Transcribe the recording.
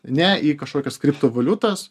ne į kažkokias kriptovaliutas